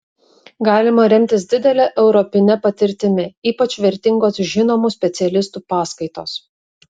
galima remtis didele europine patirtimi ypač vertingos žinomų specialistų paskaitos